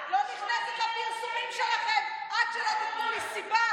80,000 שקל לאשת ראש הממשלה,